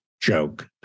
joke